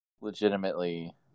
legitimately